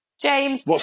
James